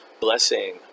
blessing